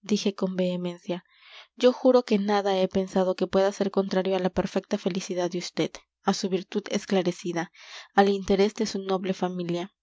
dije con vehemencia yo juro que nada he pensado que pueda ser contrario a la perfecta felicidad de usted a su virtud esclarecida al interés de su noble familia